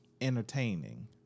entertaining